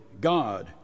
God